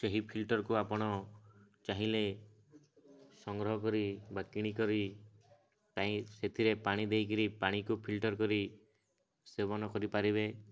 ସେହି ଫିଲ୍ଟରକୁ ଆପଣ ଚାହିଁଲେ ସଂଗ୍ରହ କରି ବା କିଣିକରି ପାଇଁ ସେଥିରେ ପାଣି ଦେଇକରି ପାଣିକୁ ଫିଲ୍ଟର କରି ସେବନ କରିପାରିବେ